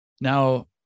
Now